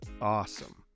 awesome